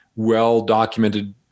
well-documented